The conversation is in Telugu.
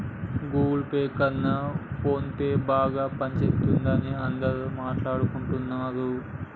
గుగుల్ పే కన్నా ఫోన్పేనే బాగా పనిజేత్తందని అందరూ మాట్టాడుకుంటన్నరు